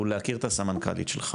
הוא להכיר את הסמנכ"לית שלך,